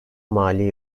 mali